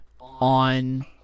on